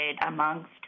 amongst